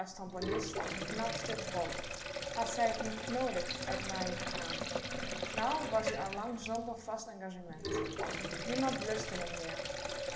n knap stuk brood had zij t niet nodig uit naaien te gaan nou was-ie al lang zonder vast engagement niemand lustte m meer